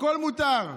הכול מותר.